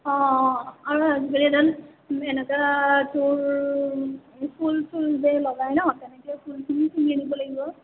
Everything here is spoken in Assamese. অঁ অঁ আৰু ৰেডত এনেকা তোৰ ফুল চুল যে লগাই ন তেনেকে ফুলখিনি চিঙি আনিব লাগিব